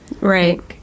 Right